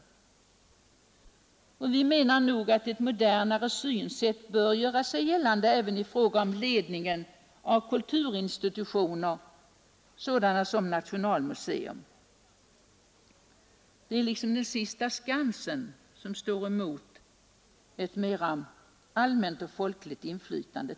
Vi menar nog att ett modernare synsätt bör göra sig gällande även i fråga om ledningen av kulturinstitutioner sådana som Nationalmuseum. Det är liksom den sista skansen som står emot ett mera allmänt och folkligt inflytande.